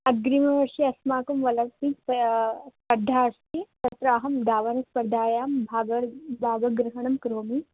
अग्रिमवर्षे अस्माकं ओलम्पिक् स्पर्धा अस्ति तत्र अहं धावनस्पर्धायां भागं भागग्रहणं करोमि